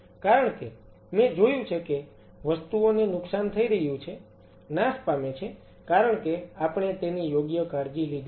કારણ કે મેં જોયું છે કે વસ્તુઓને નુકસાન થઈ રહ્યું છે નાશ પામે છે કારણ કે આપણે તેની યોગ્ય કાળજી લીધી નથી